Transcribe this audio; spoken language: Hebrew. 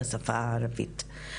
בשפה הערבית.